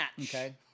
Okay